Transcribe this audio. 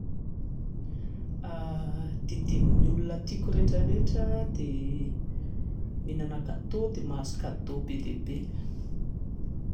Didinin'ny olona tiako rehetrarehetra dia mihinana gâteau dia mahazo cadeau be dia be